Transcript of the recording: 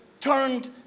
turned